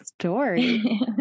story